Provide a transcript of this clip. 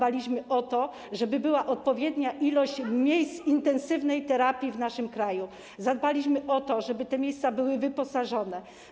Zadbaliśmy o to, żeby była odpowiednia liczba miejsc intensywnej terapii w naszym kraju, zadbaliśmy o to, żeby te miejsca były wyposażone.